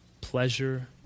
pleasure